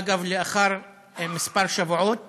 אגב, לאחר כמה שבועות